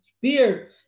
beer